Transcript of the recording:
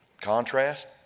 Contrast